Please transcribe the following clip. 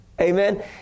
Amen